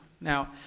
Now